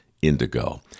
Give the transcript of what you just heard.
indigo